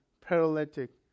paralytic